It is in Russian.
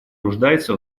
нуждается